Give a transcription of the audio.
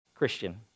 Christian